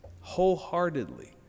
wholeheartedly